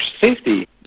Safety